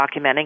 documenting